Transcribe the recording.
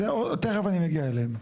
תכף אני מגיע אליהם.